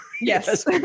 yes